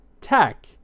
tech